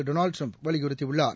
Donald Trump வலியுறுத்தியுள்ளார்